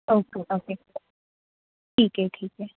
okay okay ठीक आहे ठीक आहे हा मग